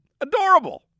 Adorable